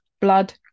blood